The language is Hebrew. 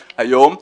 היום.